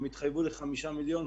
הם התחייבו ל-5 מיליון,